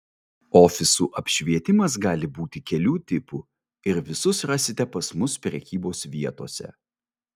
ofisų apšvietimas gali būti kelių tipų ir visus rasite pas mus prekybos vietose